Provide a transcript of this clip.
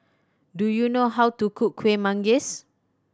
do you know how to cook Kueh Manggis